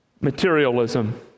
materialism